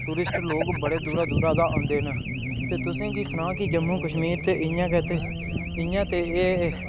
tourist लोक बड़ी दूरा दूरा औंदे न ते तुसेंगी सनांऽ की जम्मू कश्मीर ते इं'या गै ते इं'या ते एह्